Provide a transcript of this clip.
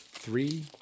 Three